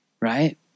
right